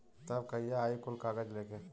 तब कहिया आई कुल कागज़ लेके?